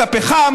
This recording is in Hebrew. את הפחם,